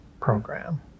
program